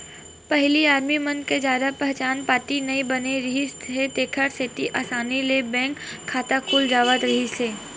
पहिली आदमी मन के जादा पहचान पाती नइ बने रिहिस हे तेखर सेती असानी ले बैंक खाता खुल जावत रिहिस हे